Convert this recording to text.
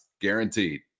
guaranteed